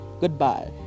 goodbye